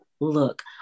look